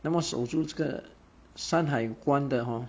那么守住这个山海关的 hor